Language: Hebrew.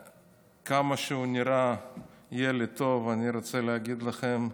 כמה שהוא נראה ילד טוב, אני רוצה להגיד לכם: